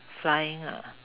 flying ah